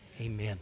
Amen